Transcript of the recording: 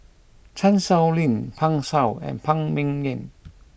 Chan Sow Lin Pan Shou and Phan Ming Yen